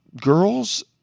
girls